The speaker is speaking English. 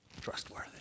trustworthy